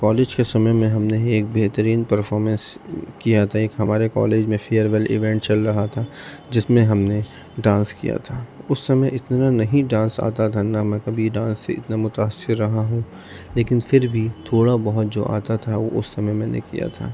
college کے سمئے میں ہم نے ایک بہترین پرفارمینس کیا تھا ایک ہمارے کالج میں فیئرویل ایونٹ چل رہا تھا جس میں ہم نے ڈانس کیا تھا اس سمئے اتنا نہیں ڈانس آتا تھا نہ میں کبھی ڈانس سے اتنا متاثر رہا ہوں لیکن پھر بھی تھوڑا بہت جو آتا تھا وہ اس سمئے میں نے کیا تھا